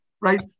Right